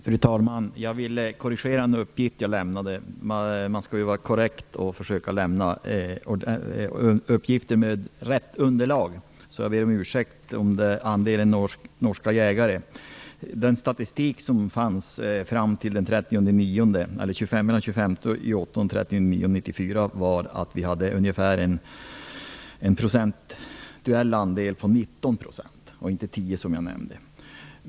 Fru talman! Jag vill korrigera beträffande en uppgift som jag nyss lämnade. Man skall ju vara korrekt och försöka lämna uppgifter med rätt underlag. Jag ber därför om ursäkt när det gäller andelen norska jägare. - inte 10 %, som jag nämnde.